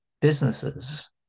businesses